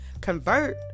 convert